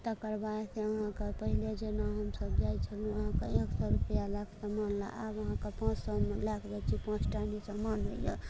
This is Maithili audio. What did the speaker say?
तकर बादसँ अहाँकऽ पहिले जेना हमसब जाइत छलियै अहाँकऽ एक सए रुपआ लएकऽ समान लए आब अहाँकऽ पाँच सए मे लएकऽ जाइ छियै तऽ पाँच सए मे समान होइए